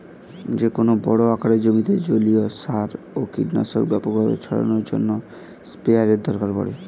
যেকোনো বড় আকারের জমিতে জলীয় সার ও কীটনাশক ব্যাপকভাবে ছড়ানোর জন্য স্প্রেয়ারের দরকার পড়ে